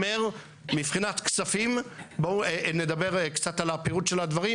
אומר: מבחינת כספים בואו נדבר קצת על הפירוט של הדברים